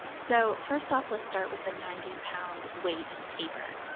so first off, let's start with a ninety lb weight paper.